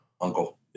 Uncle